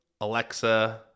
Alexa